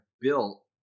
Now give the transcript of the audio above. built